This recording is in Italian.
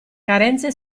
carenze